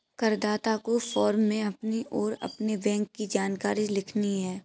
करदाता को फॉर्म में अपनी और अपने बैंक की जानकारी लिखनी है